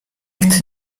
nikt